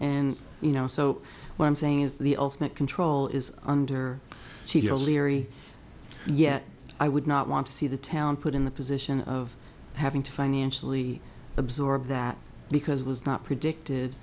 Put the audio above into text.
and you know so what i'm saying is the ultimate control is under cio larry yet i would not want to see the town put in the position of having to financially absorb that because it was not predicted